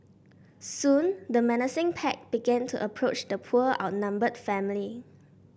soon the menacing pack began to approach the poor outnumbered family